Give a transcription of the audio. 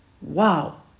Wow